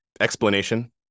explanation